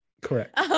Correct